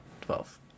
Twelve